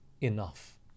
enough